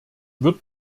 wird